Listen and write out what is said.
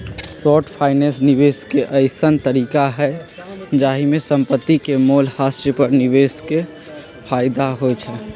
short finance निवेश के अइसँन तरीका हइ जाहिमे संपत्ति के मोल ह्रास पर निवेशक के फयदा होइ छइ